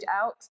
out